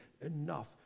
enough